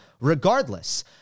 regardless